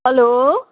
hello